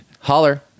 Holler